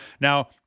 Now